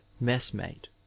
messmate